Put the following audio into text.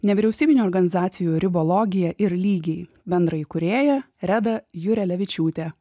nevyriausybinių organizacijų ribologija ir lygiai bendraįkūrėja reda jureliavičiūtė